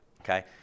okay